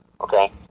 Okay